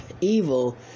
evil